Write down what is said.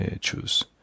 choose